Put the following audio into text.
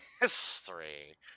history